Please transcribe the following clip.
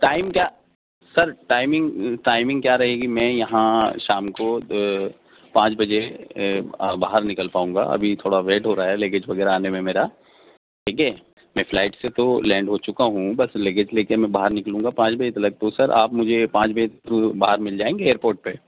time کیا sir timing timing کیا رہے گی میں یہاں شام کو پانچ بجے باہر نکل پاؤں گا ابھی تھوڑا ویٹ ہو رہا ہے لگیج وغیرہ آنے میں میرا ٹھیک ہے میں فلائٹ سے تو لینڈ ہو چکا ہوں بس لگیج لے کے میں باہر نکلوں گا پانچ بجے تلک تو سر آپ مجھے پانچ بجے تو باہر مل جائیں گے ایئر پورٹ پہ